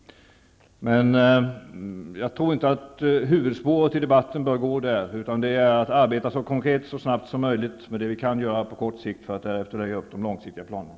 Men jag tror inte att huvudspåret i debatten bör gå där, utan det är att arbeta så konkret och snabbt som möjligt med det vi kan göra på kort sikt för att därefter lägga upp de långsiktiga planerna.